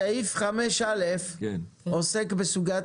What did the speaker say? סעיף 5א2 עוסק בסוגיית